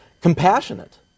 Compassionate